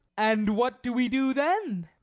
and what do we do then?